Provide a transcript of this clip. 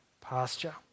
pasture